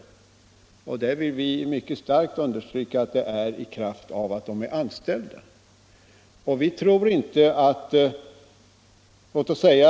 På den punkten vill vi mycket starkt understryka att det är i kraft av att de är anställda de skall ha sitt medbestämmande.